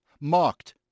mocked